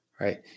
right